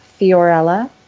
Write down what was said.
Fiorella